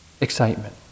excitement